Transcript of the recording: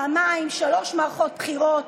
פעמיים, שלוש מערכות בחירות: